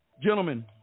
Gentlemen